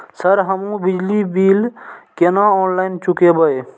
Sir हमू बिजली bill केना ऑनलाईन चुकेबे?